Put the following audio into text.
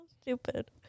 stupid